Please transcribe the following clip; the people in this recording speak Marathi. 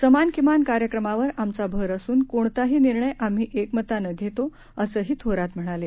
समान किमान कार्यक्रमावर आमचा भर असून कोणताही निर्णय आम्ही एकमतानं घेतो असं ही थोरात म्हणाले